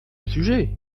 sujet